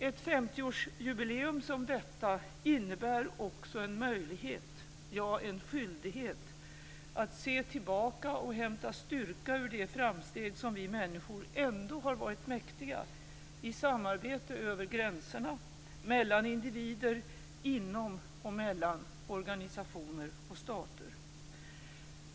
Ett 50-årsjubileum som detta innebär också en möjlighet - ja, en skyldighet - att se tillbaka och hämta styrka ur de framsteg som vi människor ändå har varit mäktiga, i samarbete över gränserna, mellan individer, inom och mellan organisationer och stater.